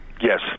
Yes